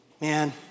Man